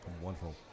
Wonderful